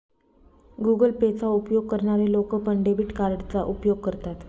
Google pay चा उपयोग करणारे लोक पण, डेबिट कार्डचा उपयोग करतात